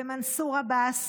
מנסור עבאס,